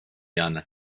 arnat